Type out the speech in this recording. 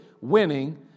winning